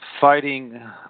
Fighting